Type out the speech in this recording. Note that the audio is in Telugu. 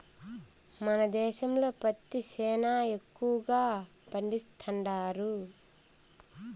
మన దేశంలో పత్తి సేనా ఎక్కువగా పండిస్తండారు